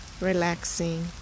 relaxing